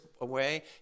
away